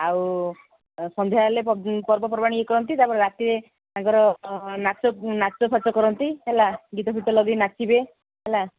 ଆଉ ସଂଧ୍ୟା ହେଲେ ପର୍ବପର୍ବାଣି ଇଏ କରନ୍ତି ତା'ପରେ ରାତିରେ ତାଙ୍କର ନାଚ ନାଚ ଫାଚ କରନ୍ତି ହେଲା ଗୀତ ଫିତ ଲଗେଇକି ନାଚିବେ ହେଲା